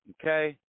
Okay